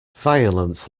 violent